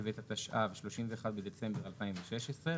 בטבת התשע"ו (31 בדצמבר 2016),